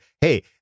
hey